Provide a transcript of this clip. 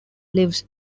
lives